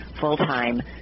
full-time